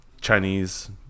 chinese